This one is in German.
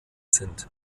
sind